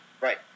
Right